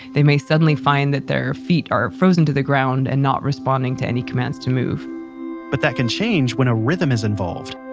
they may suddenly find that they're feet are frozen to the ground, and not responding to any commands to move but that can change when a rhythmic sound is involved